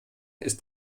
ist